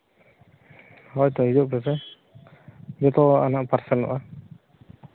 ᱦᱳᱭ ᱛᱚ ᱦᱤᱡᱩᱜ ᱯᱮᱥᱮ ᱡᱚᱛᱚᱣᱟᱜ ᱯᱟᱨᱥᱮᱞᱚᱜᱼᱟ